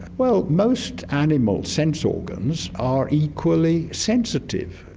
well, most animals' sense organs are equally sensitive.